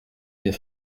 des